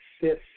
fifth